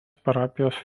parapijos